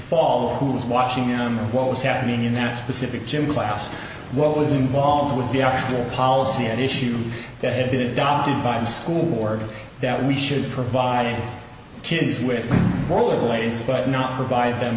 fall who was watching you know what was happening in that specific gym class what was involved was the actual policy and issue that had been adopted by the school board that we should provide kids with more ways but not provide them